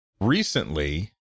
recently